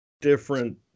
different